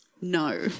No